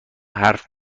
حرف